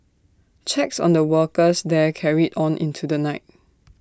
checks on the workers there carried on into the night